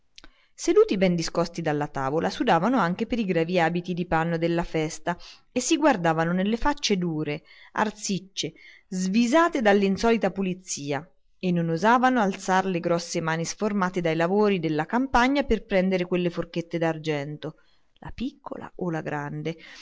seduti ben discosti dalla tavola sudavano anche per i grevi abiti di panno della festa e si guardavano nelle facce dure arsicce svisate dall'insolita pulizia e non osavano alzar le grosse mani sformate dai lavori della campagna per prendere quelle forchette d'argento